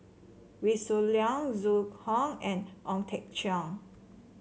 Wee Shoo Leong Zhu Hong and Ong Teng Cheong